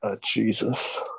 Jesus